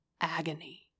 agony